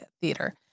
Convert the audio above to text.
theater